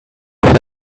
hair